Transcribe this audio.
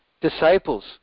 disciples